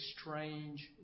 strange